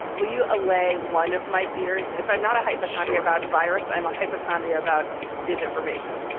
will you allay one of my fears if i'm not a hypochondriac about virus? i'm a hypochondriac about disinformation.